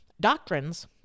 Doctrines